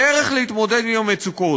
הדרך להתמודד עם המצוקות,